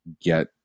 get